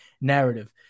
narrative